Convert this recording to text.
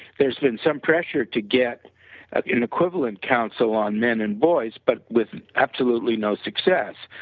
there's been some pressure to get an equivalent council on men and boys, but with absolutely no success,